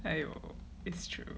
!aiyo! it's true